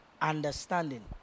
understanding